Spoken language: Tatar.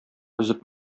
өзеп